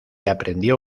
aprendió